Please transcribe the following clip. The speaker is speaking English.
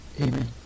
Amen